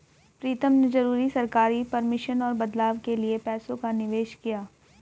प्रीतम ने जरूरी सरकारी परमिशन और बदलाव के लिए पैसों का निवेश किया